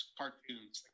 cartoons